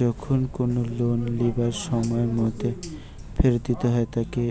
যখন কোনো লোন লিবার সময়ের মধ্যে ফেরত দিতে হয় তাকে